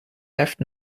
left